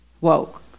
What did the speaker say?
woke